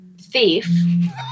thief